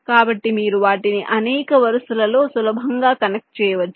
కాబట్టి మీరు వాటిని అనేక వరుసలలో సులభంగా కనెక్ట్ చేయవచ్చు